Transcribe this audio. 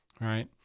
right